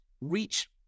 reach